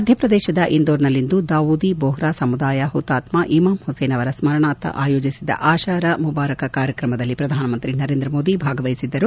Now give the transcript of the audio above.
ಮಧ್ಯಪ್ರದೇಶದ ಇಂದೋರ್ನಲ್ಲಿಂದು ದಾವೂದಿ ಬೋಹ್ರಾ ಸಮುದಾಯ ಹುತಾತ್ತ ಇಮಾಮ್ ಹುಸೇನ್ ಅವರ ಸ್ಪರಣಾರ್ಥ ಆಯೋಜಿಸಿದ್ದ ಅತಾರ ಮುಬಾರಕ ಕಾರ್ಯಕ್ರಮದಲ್ಲಿ ಪ್ರಧಾನಮಂತ್ರಿ ನರೇಂದ್ರ ಮೋದಿ ಭಾಗವಹಿಸಿದ್ದರು